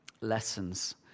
Lessons